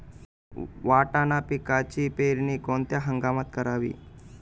वाटाणा पिकाची पेरणी कोणत्या हंगामात करावी?